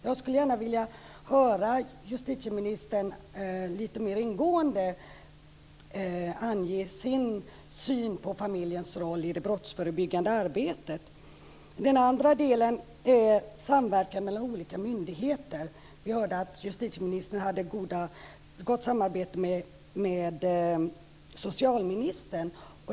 Jag skulle gärna vilja höra justitieministern lite mer ingående ange sin syn på familjens roll i det brottsförebyggande arbetet. Den andra frågan gäller samverkan mellan olika myndigheter. Vi hörde att justitieministern har ett gott samarbete med socialministern.